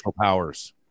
powers